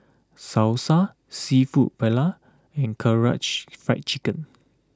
Salsa Seafood Paella and Karaage Fried Chicken